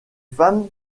femmes